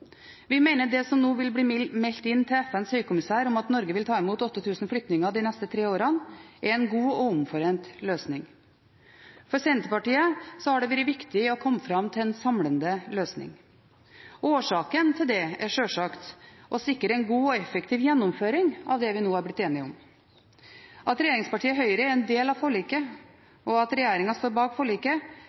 Vi mener det som nå vil bli meldt inn til FNs høykommissær, om at Norge vil ta imot 8 000 flyktninger de neste tre årene, er en god og omforent løsning. For Senterpartiet har det vært viktig å komme fram til en samlende løsning. Årsaken til det er sjølsagt å sikre en god og effektiv gjennomføring av det vi nå har blitt enige om. At regjeringspartiet Høyre er en del av forliket, og at regjeringen står bak forliket,